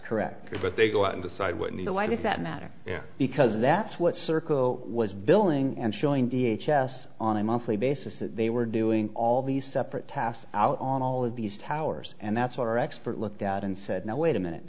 correct but they go out and decide when the why does that matter because that's what circle was billing and showing d h s on a monthly basis that they were doing all these separate tasks out on all of these towers and that's what our expert looked at and said now wait a minute